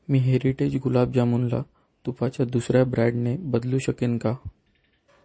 मी Heritage गुलाबजामुनला तुपाच्या दुसऱ्या ब्रँडने बदलू शकेन का